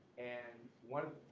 and, one,